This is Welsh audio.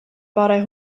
bore